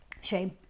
Shame